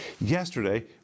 yesterday